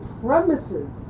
premises